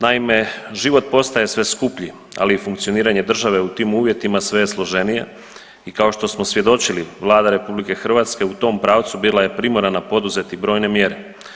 Naime, život postaje sve skuplji, ali funkcioniranje države u tim uvjetima sve je složenija i kao što smo svjedočili Vlada RH u tom pravcu bila je primorana poduzeti brojne mjere.